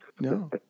No